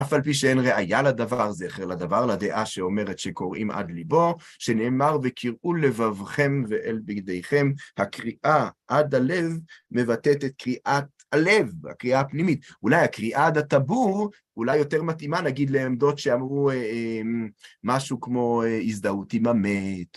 ״אף על פי שאין ראייה לדבר זכר, לדבר לדעה שאומרת שקוראים עד ליבו, שנאמר וקראו לבבכם ואל בגדיכם, הקריאה עד הלב מבטאת את קריאת הלב, הקריאה הפנימית״ אולי הקריאה עד הטבור, אולי יותר מתאימה, נגיד לעמדות שאמרו משהו כמו הזדהות עם המת...